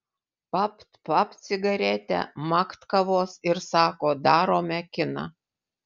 papt papt cigaretę makt kavos ir sako darome kiną